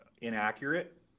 inaccurate